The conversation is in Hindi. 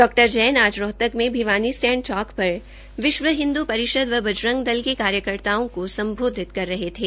डॉ जैन आज रोहतक में भिवानी स्टैड चौक पर विश्व हिन्द्र परिषद व बजरंग दल के कार्यकर्ताओं को सम्बोधित कर रहे थे